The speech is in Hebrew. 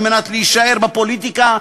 על מנת להישאר בפוליטיקה,